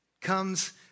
comes